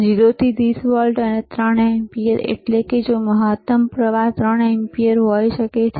0 થી 30 વોલ્ટ અને 3 એમ્પીયર એટલે કે મહત્તમ પ્રવાહ 3 એમ્પીયર હોઈ શકે છે